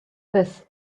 this